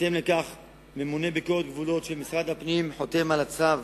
בהתאם לכך ממונה ביקורת גבולות של משרד הפנים חותם על צו